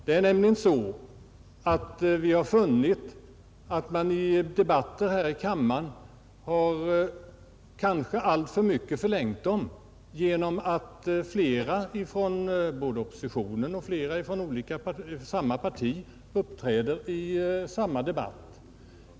Det är nämligen så att vi funnit att debatterna här i kammaren kanske alltför mycket har förlängts på grund av att flera talare från samma parti uppträder i samma debatt.